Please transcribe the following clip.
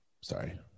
Sorry